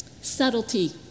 Subtlety